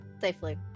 Safely